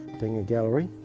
being a gallery,